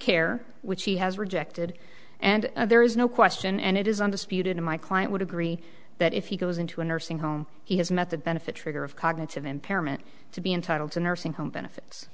care which he has rejected and there is no question and it is undisputed in my client would agree that if he goes into a nursing home he has met the benefit trigger of cognitive impairment to be entitled to nursing home benefits